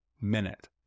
minute